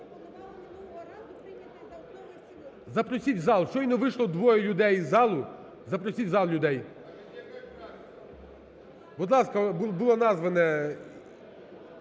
Запросіть в зал. Щойно вийшло двоє людей із залу, запросіть у зал людей. Будь ласка, було назване